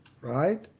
right